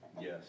Yes